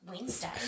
Wednesday